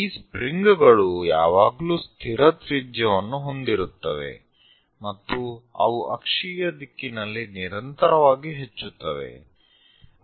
ಈ ಸ್ಪ್ರಿಂಗ್ ಗಳು ಯಾವಾಗಲೂ ಸ್ಥಿರ ತ್ರಿಜ್ಯವನ್ನು ಹೊಂದಿರುತ್ತವೆ ಮತ್ತು ಅವು ಅಕ್ಷೀಯ ದಿಕ್ಕಿನಲ್ಲಿ ನಿರಂತರವಾಗಿ ಹೆಚ್ಚುತ್ತವೆ